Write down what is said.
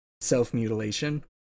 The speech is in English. self-mutilation